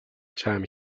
time